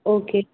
okay